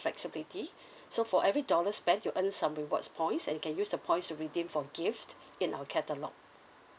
flexibility so for every dollar spent you earn some rewards points and can use the points to redeem for gift in our catalogue